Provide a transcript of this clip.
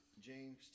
James